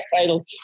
title